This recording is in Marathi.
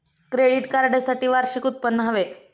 क्रेडिट कार्डसाठी वार्षिक उत्त्पन्न किती हवे?